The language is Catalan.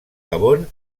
gabon